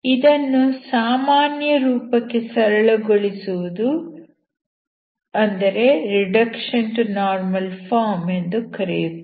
ಇದನ್ನು ಸಾಮಾನ್ಯ ರೂಪಕ್ಕೆ ಸರಳಗೊಳಿಸುವುದು ಎಂದು ಕರೆಯುತ್ತೇವೆ